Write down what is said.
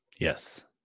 Yes